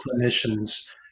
clinicians